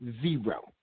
Zero